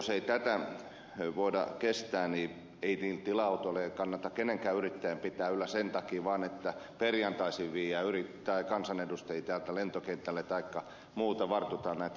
jos ei tätä voida kestää niin ei niitä tila autoja kannata kenenkään yrittäjän pitää yllä sen takia vaan että perjantaisin viedään kansanedustajia täältä lentokentälle taikka muuten varrotaan näitä isoja ryhmiä